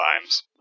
times